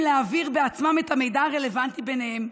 להעביר בעצמם את המידע הרלוונטי ביניהם,